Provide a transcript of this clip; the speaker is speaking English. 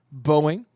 Boeing